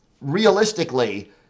realistically